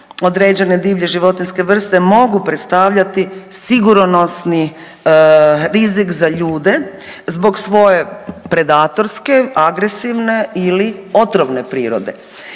određene divlje životinjske vrste mogu predstavljati sigurnosni rizik za ljude zbog svoje predatorske, agresivne ili otrovne prirode.